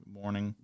morning